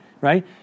Right